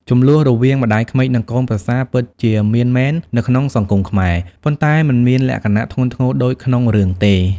ជម្លោះរវាងម្តាយក្មេកនិងកូនប្រសាពិតជាមានមែននៅក្នុងសង្គមខ្មែរ ប៉ុន្តែមិនមានលក្ខណៈធ្ងន់ធ្ងរដូចក្នុងរឿងទេ។